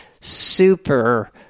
super